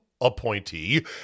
appointee